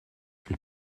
von